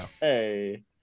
Hey